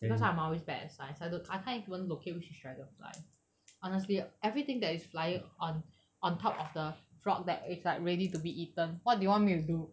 because I'm always bad science I don't I can't even locate which is dragonfly honestly everything that is flying on on top of the frog that is like ready to be eaten what do you want me to do